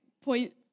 point